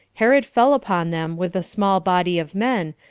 herod fell upon them with a small body of men,